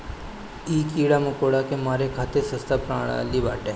इ कीड़ा मकोड़ा के मारे खातिर सस्ता प्रणाली बाटे